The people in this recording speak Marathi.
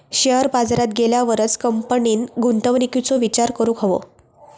शेयर बाजारात गेल्यावरच कंपनीन गुंतवणुकीचो विचार करूक हवो